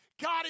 God